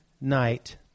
night